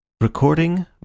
Recording